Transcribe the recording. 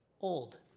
old